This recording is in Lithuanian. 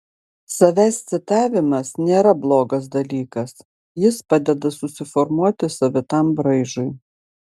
savęs citavimas nėra blogas dalykas jis padeda susiformuoti savitam braižui